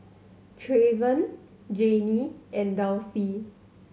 Treyvon Janie and Dulcie